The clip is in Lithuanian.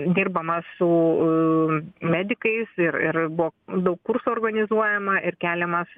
dirbama su medikais ir ir buvo daug kursų organizuojama ir keliamas